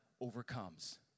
overcomes